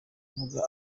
avuga